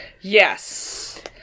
Yes